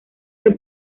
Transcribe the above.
fue